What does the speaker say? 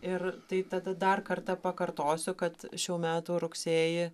ir tai tada dar kartą pakartosiu kad šių metų rugsėjį